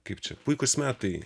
kaip čia puikūs metai